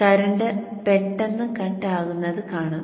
current പെട്ടെന്ന് cut ആകുന്നത് കാണും